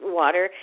water